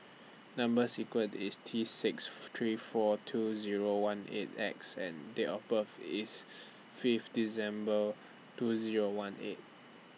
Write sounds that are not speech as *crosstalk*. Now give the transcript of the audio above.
Number sequence IS T six *noise* three four two Zero one eight X and Date of birth IS five December two Zero one eight